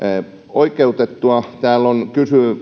oikeutettua täällä on kysyä